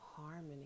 harmony